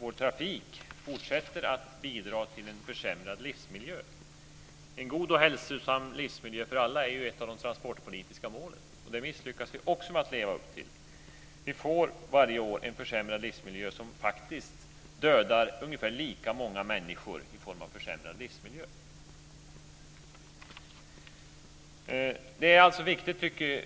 Vår trafik fortsätter att bidra till en försämrad livsmiljö. En god och hälsosam livsmiljö för alla är ju ett av de transportpolitiska målen. Det misslyckas vi också med att leva upp till. Varje år får vi en försämrad livsmiljö. Lika många människor dör faktiskt av försämrad livsmiljö.